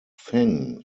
feng